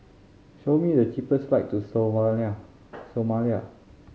show me the cheapest flights to Somalia